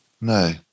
No